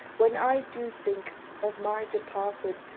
when i do think of my departed,